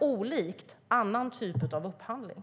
olik annan typ av upphandling.